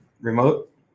remote